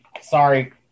Sorry